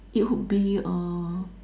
it would be err